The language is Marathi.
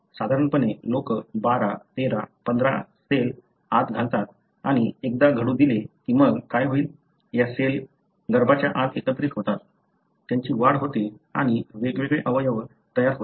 साधारणपणे लोक 12 13 15 सेल आत घालतात आणि एकदा घडू दिले की मग काय होईल या सेल गर्भाच्या आत एकत्रित होतात त्यांची वाढ होते आणि वेगवेगळे अवयव तयार होतात